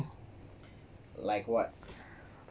like what